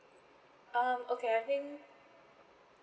um okay I think